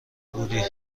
بودی